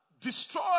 Destroy